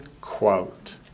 Quote